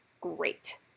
Great